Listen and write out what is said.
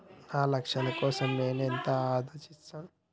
నా లక్ష్యాల కోసం నేను ఎంత ఆదా చేస్తాను?